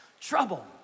trouble